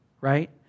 right